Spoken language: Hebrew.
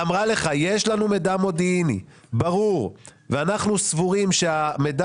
באה המשטרה ואמרה לך יש לנו מידע מודיעיני ברור ואנחנו סבורים שהמידע